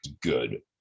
good